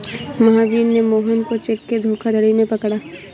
महावीर ने मोहन को चेक के धोखाधड़ी में पकड़ा